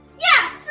yeah,